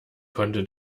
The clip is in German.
konnte